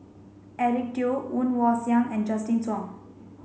Eric Teo Woon Wah Siang and Justin Zhuang